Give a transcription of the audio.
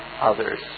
others